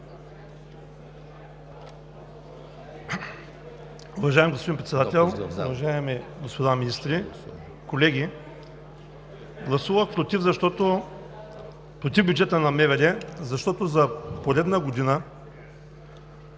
Уважаеми господин Председател, уважаеми господа министри, колеги! Гласувах „против“ бюджета на МВР, защото за поредна година